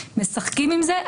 משחקים עם זה.